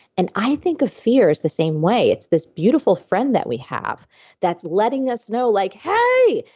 and i think of fear the same way. it's this beautiful friend that we have that's letting us know like hey!